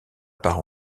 part